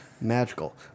magical